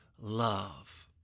love